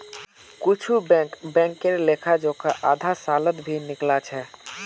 कुछु बैंक बैंकेर लेखा जोखा आधा सालत भी निकला छ